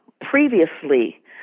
Previously